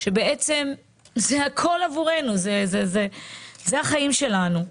שבעצם היא כולה עבורנו, זה החיים שלנו.